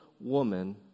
woman